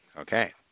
okay